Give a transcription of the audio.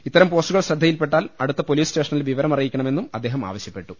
ഇത്തരം പോസ്റ്റുകൾ ശ്രദ്ധയിൽപ്പെട്ടാൽ അടുത്ത പൊലീസ് സ്റ്റേഷനിൽ വിവരമറിയിക്കണമെന്നും അദ്ദേഹം ആവശ്യപ്പെട്ടു